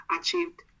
achieved